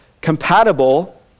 compatible